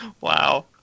Wow